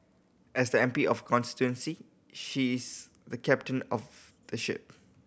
as the M P of the constituency she is the captain of the ship